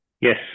Yes